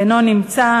אינו נמצא.